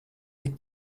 tik